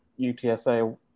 UTSA